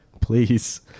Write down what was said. please